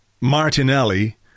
Martinelli